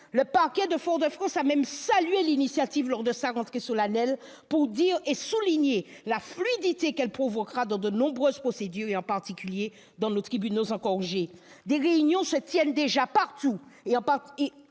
Le parquet de Fort-de-France a même salué l'initiative lors de sa rentrée solennelle pour dire et souligner la fluidité qu'elle provoquera dans de nombreuses procédures, en particulier dans nos tribunaux engorgés. Des réunions se tiennent déjà partout. Ce n'est